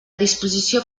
disposició